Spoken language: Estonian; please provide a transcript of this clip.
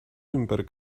ümber